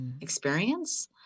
experience